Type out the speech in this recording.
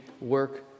work